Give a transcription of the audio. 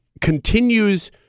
continues